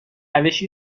روشی